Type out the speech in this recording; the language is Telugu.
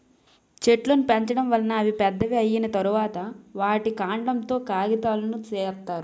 చెట్లును పెంచడం వలన అవి పెద్దవి అయ్యిన తరువాత, వాటి కాండం తో కాగితాలును సేత్తారు